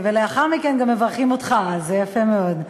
ולאחר מכן גם מברכים אותך, אז זה יפה מאוד.